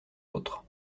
autres